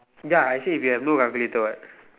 ya I say if you have no calculator what